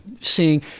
seeing